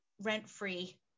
rent-free